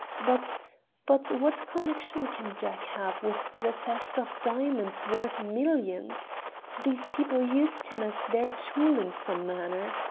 but but what connection can jack have with the theft of diamonds worth millions these people used him as their tool in some manner.